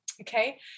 okay